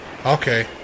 Okay